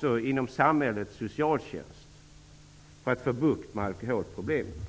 som inom samhällets socialtjänst för att få bukt med alkoholproblemen.